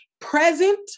present